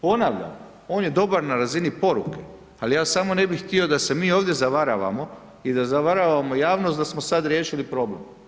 Ponavljam, on je dobar na razini poruke, ali ja samo ne bih htio da se mi ovdje zavaravamo i da zavaravamo javnost da smo sada riješili problem.